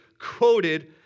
quoted